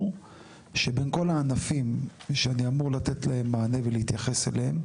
שבין כל הענפים שאני אמור לתת להם מענה ולהתייחס אליהם,